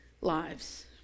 lives